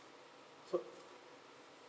so